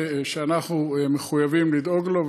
שאנחנו מחויבים לדאוג לו,